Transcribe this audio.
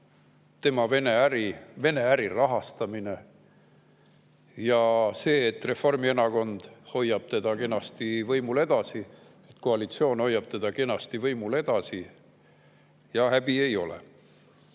äri, Vene äri rahastamine ja see, et Reformierakond hoiab teda kenasti võimul edasi, koalitsioon hoiab teda kenasti võimul edasi ja häbi ei ole.